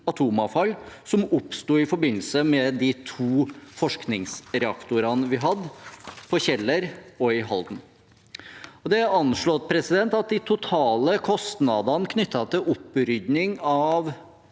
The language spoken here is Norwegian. som oppsto i forbindelse med de to forskningsreaktorene vi hadde på Kjeller og i Halden. Det er anslått at de totale kostnadene knyttet til opprydning